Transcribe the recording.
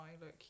look